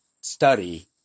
study